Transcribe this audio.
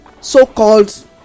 so-called